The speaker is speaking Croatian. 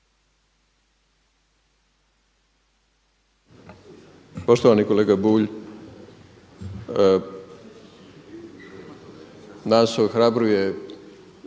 Poštovani kolega Bulj, nas ohrabruje